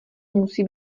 musí